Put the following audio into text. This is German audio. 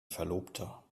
verlobter